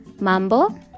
mambo